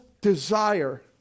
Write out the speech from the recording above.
desire